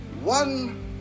one